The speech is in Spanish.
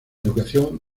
educación